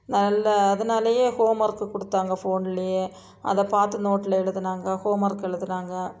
நல்ல அதனாலேயே home work கொடுத்தாங்க ஃபோன்லயே அதை பார்த்து நோட்ல எழுதுனாங்க ஹோம் ஒர்க்கு எழுதுனாங்க